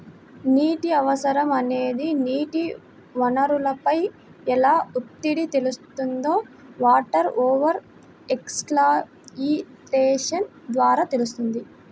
నీటి అవసరం అనేది నీటి వనరులపై ఎలా ఒత్తిడి తెస్తుందో వాటర్ ఓవర్ ఎక్స్ప్లాయిటేషన్ ద్వారా తెలుస్తుంది